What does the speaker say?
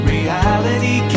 Reality